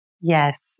Yes